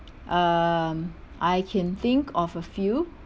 um I can think of a few